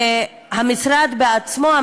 שהמשרד בעצמו,